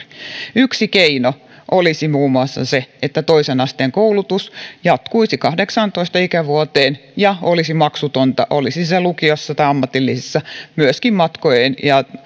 yksi keino olisi muun muassa se että toisen asteen koulutus jatkuisi kahdeksaantoista ikävuoteen ja olisi maksutonta olisi se sitten lukiossa tai ammatillisessa myöskin matkojen ja